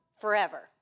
forever